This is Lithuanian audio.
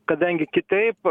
kadangi kitaip